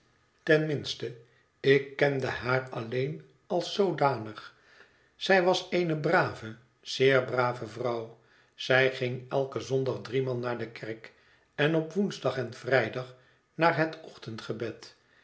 minste ik kende haar alleen als zoodanig zij was eene brave zeer brave vrouw zij ging eiken zondag driemaal naar de kerk en op woensdag en vrijdag naar het ochtendgebed